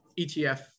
ETF